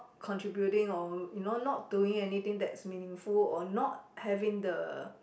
contributing or not not doing anything that's meaningful or not having the